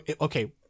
okay